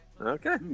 Okay